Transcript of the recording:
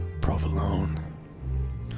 provolone